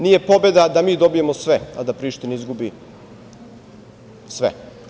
Nije pobeda da mi dobijemo sve, a da Priština izgubi sve.